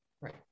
right